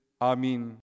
Amen